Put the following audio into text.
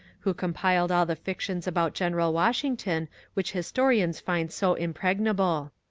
who compiled all the fictions about general washington which historians find so impregnable.